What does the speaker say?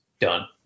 done